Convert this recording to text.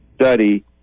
study